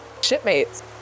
shipmates